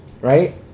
right